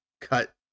cut